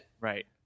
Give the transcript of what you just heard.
Right